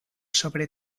sobre